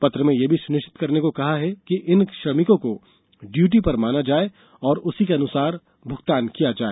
पत्र में यह सुनिश्चित करने को कहा कि इन श्रमिकों को ड्यूटी पर माना जाए और उसी के अनुसार भुगतान किया जाए